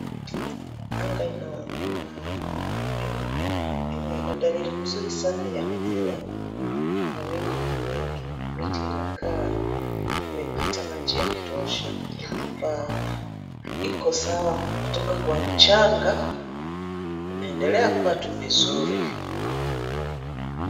Anga ina dalili nzuri sana ya mvua. Mawingu ni mengi. Miti inakaa imepata maji ya kutosha. Rotuba iko sawa kutoka kwa mchanga, inaendelea kua tu vizuri.